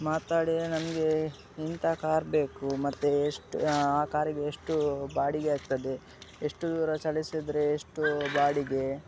ಮಾತಾಡಿ ನಮಗೆ ಇಂಥ ಕಾರ್ ಬೇಕು ಮತ್ತು ಎಷ್ಟು ಆ ಕಾರಿಗೆ ಎಷ್ಟು ಬಾಡಿಗೆ ಆಗ್ತದೆ ಎಷ್ಟು ದೂರ ಚಲಿಸಿದರೆ ಎಷ್ಟೂ ಬಾಡಿಗೆ